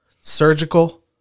surgical